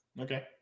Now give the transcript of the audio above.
Okay